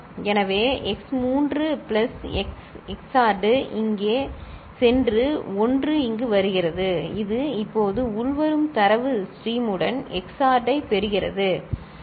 g x3 x 1 எனவே x 3 plus x XORed இங்கே சென்று 1 இங்கு வருகிறது இது இப்போது உள்வரும் தரவு ஸ்ட்ரீமுடன் XORed ஐப் பெறுகிறது சரி